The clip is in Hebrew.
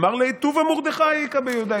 "אמר ליה טובא מרדכי איכא ביהודאי",